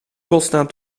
godsnaam